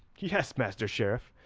yes, master sheriff,